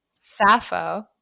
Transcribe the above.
sappho